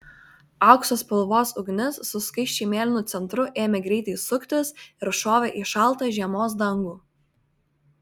aukso spalvos ugnis su skaisčiai mėlynu centru ėmė greitai suktis ir šovė į šaltą žiemos dangų